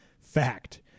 Fact